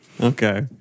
Okay